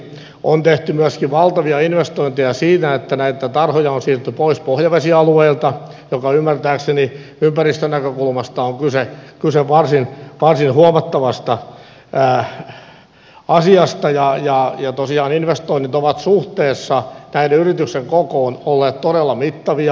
on tehty myöskin valtavia investointeja siinä että näitä tarhoja on siirretty pois pohjavesialueilta missä ymmärtääkseni ympäristönäkökulmasta on kyse varsin huomattavasta asiasta ja tosiaan investoinnit ovat suhteessa näiden yritysten kokoon olleet todella mittavia